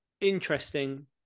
Interesting